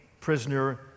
prisoner